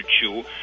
chew